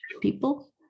people